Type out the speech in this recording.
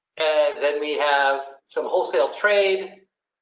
then we have some wholesale trade.